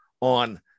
on